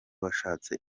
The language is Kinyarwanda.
washatse